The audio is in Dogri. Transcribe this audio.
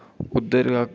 उद्धर